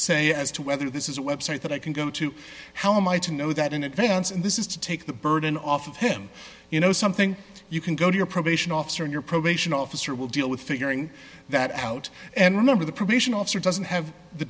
say as to whether this is a website that i can go to how am i to know that in advance and this is to take the burden off of him you know something you can go to your probation officer and your probation officer will deal with figuring that out and remember the probation officer doesn't have the